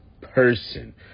person